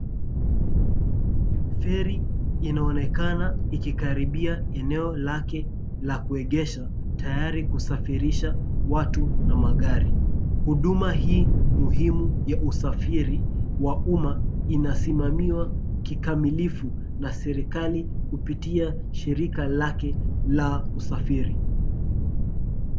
Ferri inaonekana ikikaribia eneo lake la kuegeshwa tayari kusafirisha watu na magari. Huduma hii muhimu wa usafiri wa uuma inasimamiwa kikamilifu na serikali kupitia shirika lake la usafiri.